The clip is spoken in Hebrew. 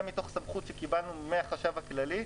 זה מתוך סמכות שקיבלנו מהחשב הכללי.